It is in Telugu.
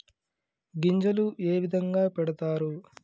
గింజలు ఏ విధంగా పెడతారు?